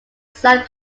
san